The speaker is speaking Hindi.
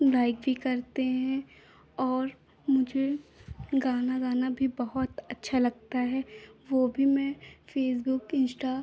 लाइक भी करते हैं और मुझे गाना गाना भी बहुत अच्छा लगता है वह भी मैं फ़ेसबुक इंश्टा